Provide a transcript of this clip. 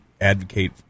advocate